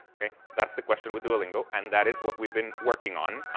okay? that's the question with duolingo, and that is what we've been working on.